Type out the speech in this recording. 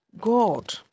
God